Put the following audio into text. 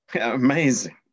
Amazing